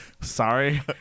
Sorry